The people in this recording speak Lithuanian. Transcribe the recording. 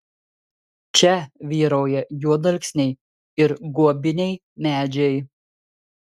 čia vyrauja juodalksniai ir guobiniai medžiai